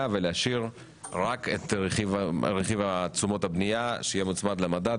ולהשאיר רק את רכיב תשומות הבנייה שיהיה מוצמד למדד.